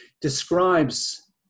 describes